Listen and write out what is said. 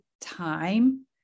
time